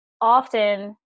Often